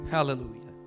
Hallelujah